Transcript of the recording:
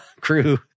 crew